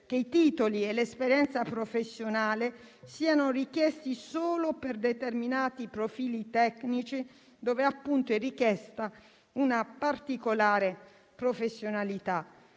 che i titoli e l'esperienza professionale siano richiesti solo per determinati profili tecnici per i quali, appunto, è richiesta una particolare professionalità.